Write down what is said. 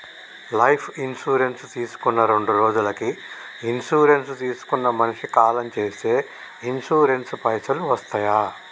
Life insurance తీసుకున్న రెండ్రోజులకి insurance తీసుకున్న మనిషి కాలం చేస్తే ఇన్సూరెన్స్ పైసల్ వస్తయా?